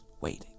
waiting